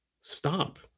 Stop